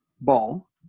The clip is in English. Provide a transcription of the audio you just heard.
ball